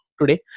today